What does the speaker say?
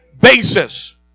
basis